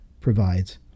provides